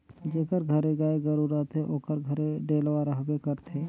जेकर घरे गाय गरू रहथे ओकर घरे डेलवा रहबे करथे